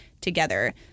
together